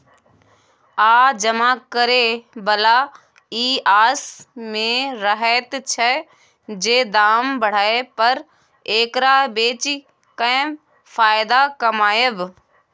आ जमा करे बला ई आस में रहैत छै जे दाम बढ़य पर एकरा बेचि केँ फायदा कमाएब